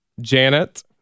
janet